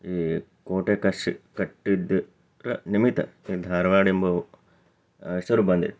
ಈ ಕೋಟೆ ಕಟ್ಟಿಸಿ ಕಟ್ಟಿದ್ದರ ನಿಮಿತ್ತ ಈ ಧಾರವಾಡ ಎಂಬೋ ಹೆಸರು ಬಂದೈತಿ